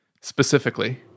specifically